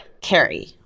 Carrie